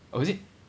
oh is it